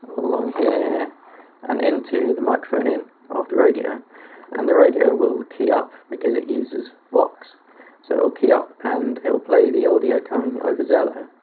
along here and and into the microphone in of the radio and the radio will key up because it uses vox so key up and it will play the audio coming over zello,